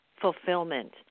fulfillment